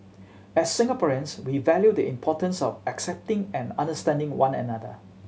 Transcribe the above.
as Singaporeans we value the importance of accepting and understanding one another